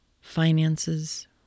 finances